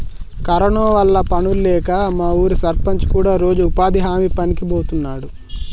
corona వల్ల పనుల్లేక మా ఊరి సర్పంచ్ కూడా రోజూ ఉపాధి హామీ పనికి బోతన్నాడు